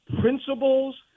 principles